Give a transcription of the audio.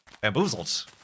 Bamboozled